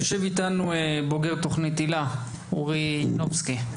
יושב איתנו בוגר תוכנית היל"ה, אורי ילובסקי.